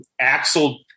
Axel